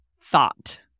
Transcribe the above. thought